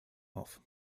auf